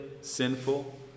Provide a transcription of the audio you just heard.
sinful